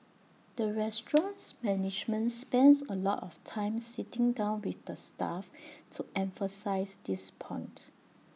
the restaurant's management spends A lot of time sitting down with the staff to emphasise this point